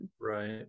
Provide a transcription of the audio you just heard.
Right